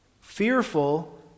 Fearful